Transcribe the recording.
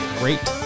great